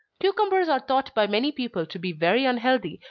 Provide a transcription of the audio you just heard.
cucumbers are thought by many people to be very unhealthy,